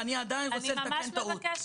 אני עדיין רוצה לתקן טעות,